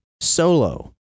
Solo